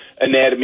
anatomy